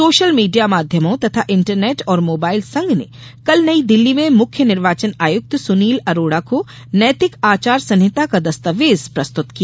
social media माध्यमों तथा internet और मोबाइल संघ ने कल नई दिल्ली में मुख्य निर्वाचन आयुक्त सुनील अरोड़ा को नैतिक आचार संहिता का दस्तावेज प्रस्तुत किया